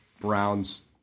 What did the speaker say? Browns